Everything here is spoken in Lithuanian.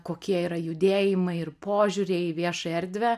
kokie yra judėjimai ir požiūriai į viešąją erdvę